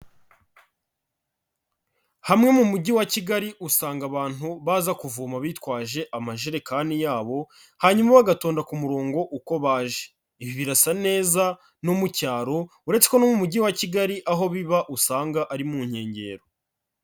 Hamwe mu mujyi wa kigali usanga abantu baza kuvoma bitwaje amajerekani yabo, hanyuma bagatonda ku murongo uko baje, ibi birasa neza no mu cyaro, uretse ko no mu mujyi wa Kigali aho biba usanga ari mu nkengero.